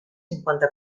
cinquanta